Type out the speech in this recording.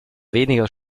weniger